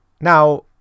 now